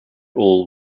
all